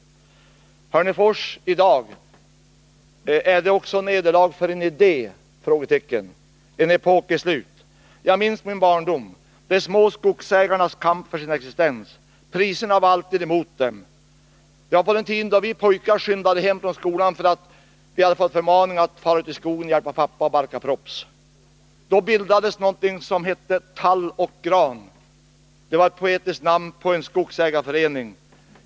Hörnefors i dag är också ett nederlag för en idé. En epok är slut. Jag minns min barndom och de små skogsägarnas kamp för sin existens. Priserna var alltid emot dem. Det var på den tiden då vi pojkar skyndade hem från skolan för att vi hade fått förmaning att fara ut i skogen och hjälpa pappa att barka props. Då bildades någonting som hette ”Tall och Gran” — det var ett poetiskt namn på en skogsägarförening.